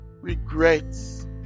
regrets